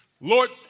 Lord